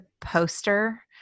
poster